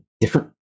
different